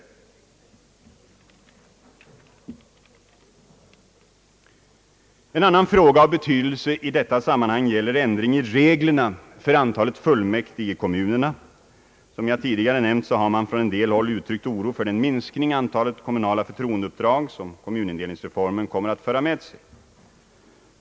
En annan fråga av betydelse i detta sammanhang gäller ändringen av reglerna för antalet fullmäktige i kommunerna. Som jag tidigare nämnt har man från en del håll uttryckt oro för den minskning av antalet kommunala förtroendeuppdrag som :kommunindelningsreformen kommer att föra med sig.